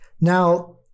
Now